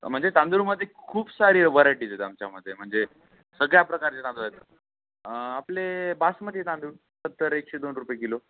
म्हणजे तांदूळमध्ये खूप सारी व्हरायटीज आहेत आमच्यामध्ये म्हणजे सगळ्या प्रकारचे तांदूळ आहेत आपले बासमती तांदूळ सत्तर एकशे दोन रुपये किलो